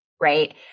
Right